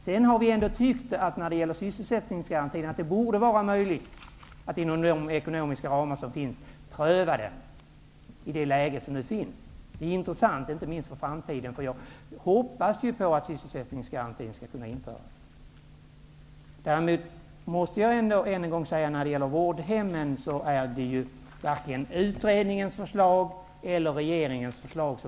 Vi tycker ändock att det inom de ekonomiska ramar som finns borde vara möjligt att pröva sysselsättningsgarantin. Det är intressant, inte minst inför framtiden. Jag hoppas på att sysselsättningsgarantin skall kunna införas. När det gäller vårdhemmen måste jag däremot säga att vi varken diskuterar utredningens förslag eller regeringens förslag.